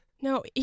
No